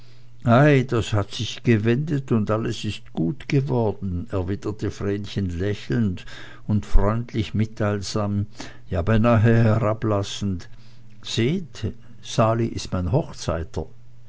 ei das hat sich jetzt gewendet und alles ist gut geworden erwiderte vrenchen lächelnd und freundlich mitteilsam ja beinahe herablassend seht sali ist mein hochzeiter